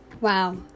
wow